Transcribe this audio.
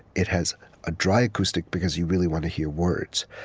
it has a dry acoustic, because you really want to hear words.